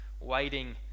waiting